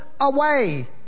away